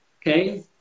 okay